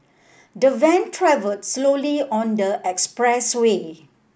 the van travelled slowly on the expressway